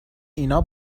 اینا